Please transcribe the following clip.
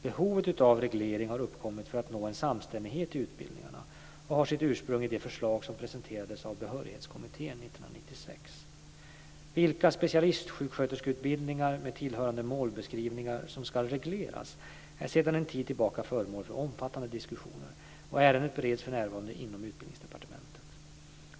Behovet av reglering har uppkommit för att nå en samstämmighet i utbildningarna och har sitt ursprung i det förslag som presenterades av Behörighetskommittén 1996. Vilka specialistsjuksköterskeutbildningar, med tillhörande målbeskrivningar som ska regleras är sedan en tid tillbaka föremål för omfattande diskussioner och ärendet bereds för närvarande inom Utbildningsdepartementet.